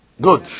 Good